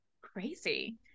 Crazy